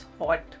hot